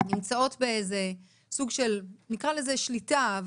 נמצאות באיזה סוג של, נקרא לזה שליטה,